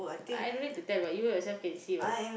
I I don't need to tell but you yourself can see what